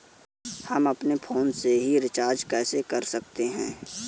हम अपने ही फोन से रिचार्ज कैसे कर सकते हैं?